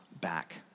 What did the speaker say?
back